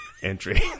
entry